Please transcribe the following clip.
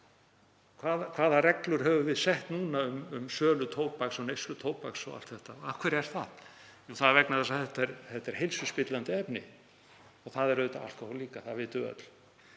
Hvað reglur höfum við sett núna um sölu tóbaks, neyslu tóbaks og allt þetta? Og af hverju er það? Vegna þess að þetta er heilsuspillandi efni. Það er auðvitað alkóhól líka, það vitum við öll.